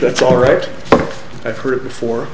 that's all right i've heard it before